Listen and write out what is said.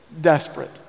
desperate